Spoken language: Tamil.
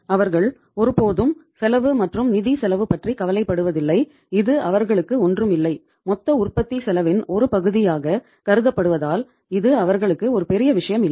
அவர்கள் ஒருபோதும் செலவு மற்றும் நிதி செலவு பற்றி கவலைப்படுவதில்லை இது அவர்களுக்கு ஒன்றும் இல்லை மொத்த உற்பத்தி செலவின் ஒரு பகுதியாக கருதப்படுவதால் இது அவர்களுக்கு ஒரு பெரிய விஷயம் இல்லை